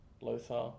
Lothar